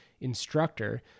instructor